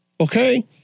Okay